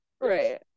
right